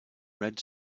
red